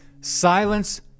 Silence